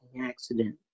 accident